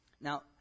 Now